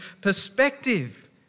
perspective